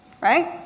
Right